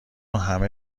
همه